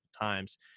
times